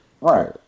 Right